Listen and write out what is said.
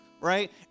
right